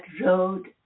road